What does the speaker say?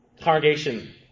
Congregation